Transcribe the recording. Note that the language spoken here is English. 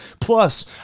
plus